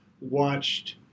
watched